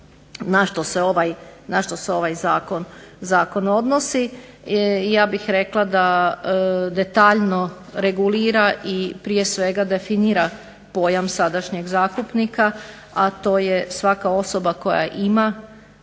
na što se ovaj Zakon odnosi i ja bih rekla da detaljno regulira i prije svega definira pojam sadašnjeg zakupnika, a to je svaka osoba koja ima